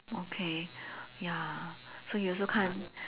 okay ya so you also can't